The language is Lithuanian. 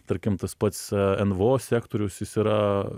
tarkim tas pats nvo sektorius jis yra